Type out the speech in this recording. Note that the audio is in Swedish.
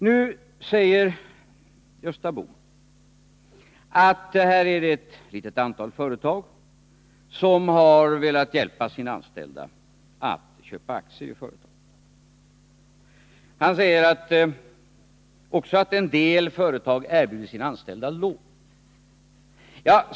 Nu säger Gösta Bohman att det är ett litet antal företag som har velat hjälpa sina anställda att köpa aktier i företagen. Han säger också att en del företag erbjuder sina anställda lån.